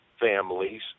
families